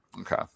Okay